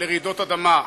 לרעידות אדמה.